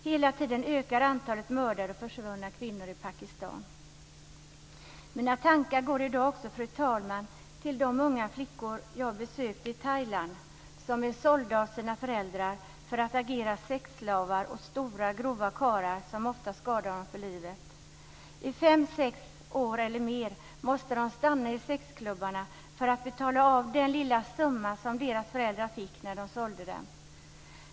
Hela tiden ökar antalet mördade och försvunna kvinnor i Pakistan. Mina tankar går i dag också, fru talman, till de unga flickor som jag besökte i Thailand och som är sålda av sina föräldrar för att agera sexslavar åt stora grova karlar som ofta skadar flickorna för livet. I fem sex år eller mer måste de stanna i sexklubbarna för att betala av den lilla summa som deras föräldrar fick när de sålde dem.